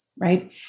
right